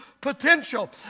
potential